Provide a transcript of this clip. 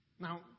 Now